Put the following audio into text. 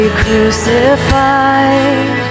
crucified